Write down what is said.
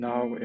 Now